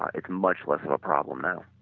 ah it's much less of a problem now